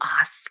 ask